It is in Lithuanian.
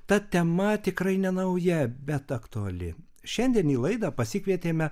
ta tema tikrai nenauja bet aktuali šiandien į laidą pasikvietėme